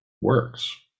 works